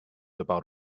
about